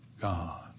God